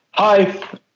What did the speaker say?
Hi